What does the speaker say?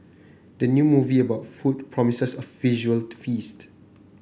the new movie about food promises a visual feast